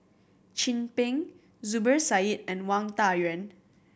Chin Peng Zubir Said and Wang Dayuan